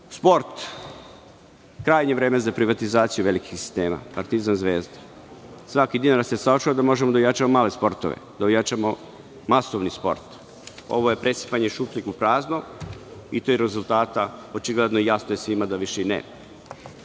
Krajnje je vreme za privatizaciju velikih sistema – „Partizan“, „Zvezda“. Svaki dinar da se sačuva, da možemo da ojačamo male sportove, da ojačamo masovni sport. Ovo je presipanje iz šupljeg u prazno, a rezultata, očigledno je jasno svima da više i